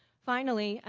finally,